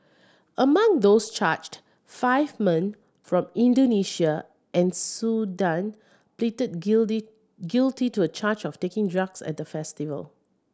among those charged five men from Indonesia and Sudan pleaded guilty to a charge of taking drugs at the festival